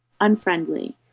Unfriendly